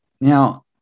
Now